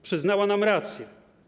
Przyznała nam rację.